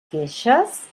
queixes